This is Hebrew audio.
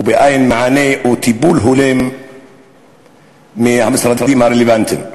באין מענה או טיפול הולם מהמשרדים הרלוונטיים.